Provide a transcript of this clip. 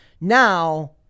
now